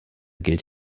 gilt